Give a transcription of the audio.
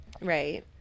right